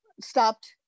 stopped